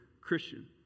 Christian